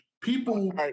people